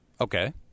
Okay